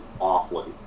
awfully